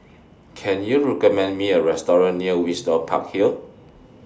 Can YOU recommend Me A Restaurant near Windsor Park Hill